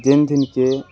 ଯେନ୍ଥିକେ